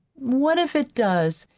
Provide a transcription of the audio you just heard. what if it does?